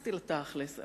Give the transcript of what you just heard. התייחסתי לתכל'ס.